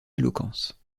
éloquence